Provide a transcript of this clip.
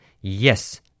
Yes